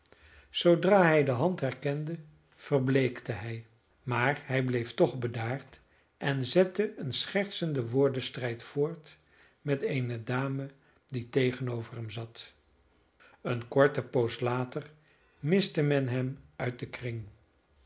zoodra hij de hand herkende verbleekte hij maar hij bleef toch bedaard en zette een schertsenden woordenstrijd voort met eene dame die tegen over hem zat eene korte poos later miste men hem uit den kring